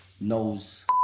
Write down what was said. knows